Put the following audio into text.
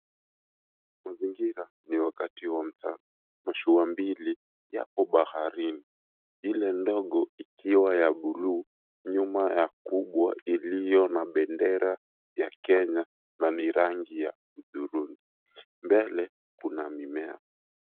Mazingira, ni wakati wa mchana. Mashua mbili yapo baharini. Ile ndogo ikiwa ya buluu nyuma ya kubwa iliyo na bendera ya Kenya na ni rangi ya udhurungi. Mbele, kuna mimea.